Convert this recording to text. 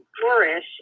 flourish